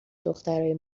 دخترای